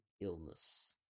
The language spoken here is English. illness